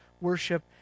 worship